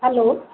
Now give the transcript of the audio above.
hello